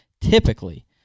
typically